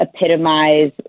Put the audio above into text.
epitomize